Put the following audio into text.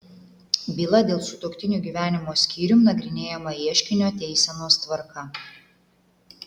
byla dėl sutuoktinių gyvenimo skyrium nagrinėjama ieškinio teisenos tvarka